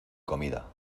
comida